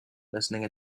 listening